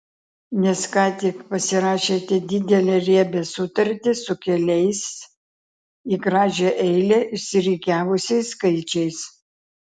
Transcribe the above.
nes ką tik pasirašėte didelę riebią sutartį su keliais į gražią eilę išsirikiavusiais skaičiais